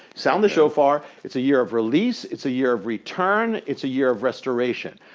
sound the shofar. it's a year of release, it's a year of return, it's a year of restoration.